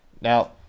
Now